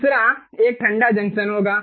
दूसरा एक ठंडा जंक्शन होगा